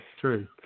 True